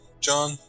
john